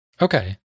Okay